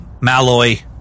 Malloy